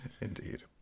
Indeed